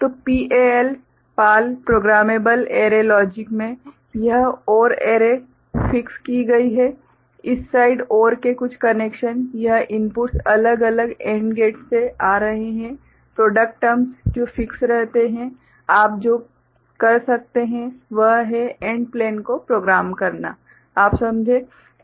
तो PAL programmable array logic में यह OR एरे फिक्स की गई है इस साइड OR के कुछ कनेक्शन यह इनपुट्स अलग अलग AND गेट्स से आ रहे है प्रोडक्ट टर्म्स जो फिक्स रहते हैं आप जो कर सकते हैं वह है AND प्लेन को प्रोग्राम करना आप समझे